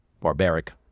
barbaric